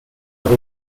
rive